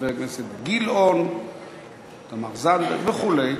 חברי הכנסת גילאון, תמר זנדברג וכו'.